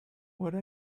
would